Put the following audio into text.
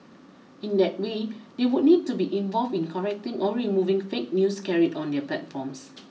in that way they would need to be involved in correcting or removing fake news carried on their platforms